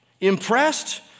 Impressed